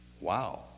wow